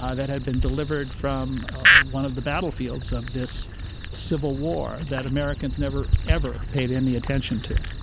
ah that had been delivered from one of the battlefields of this civil war that americans never ever paid any attention to